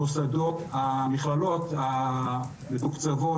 המכללות המתוקצבות,